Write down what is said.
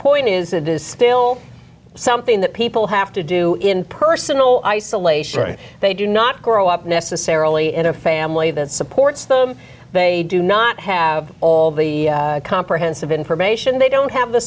point is it is still something that people have to do in personal isolation right they do not grow up necessarily in a family that supports them they do not have all the comprehensive information they don't have the